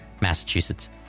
Massachusetts